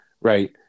Right